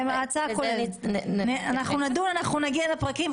אנחנו נגיע לפרקים.